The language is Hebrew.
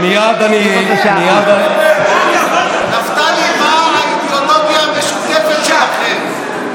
מייד אני, נפתלי, מה האידיאולוגיה המשותפת שלכם?